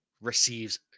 receives